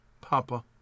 Papa